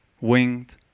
winged